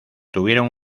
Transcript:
tuvieron